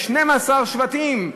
יש 12 שבטים,